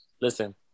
listen